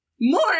more